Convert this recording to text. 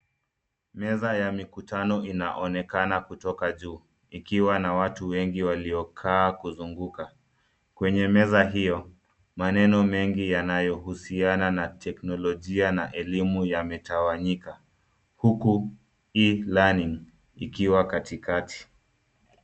Meza ya mikutano inaonekana kutoka juu ikiwa na watu wengi waliokaa kuzunguka. Kwenye meza hio, maneno mengi yanayohusiana na elimu na teknolojia na elimu yametawanyika, huku e-learning ikiwa katikati.